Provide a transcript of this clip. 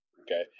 okay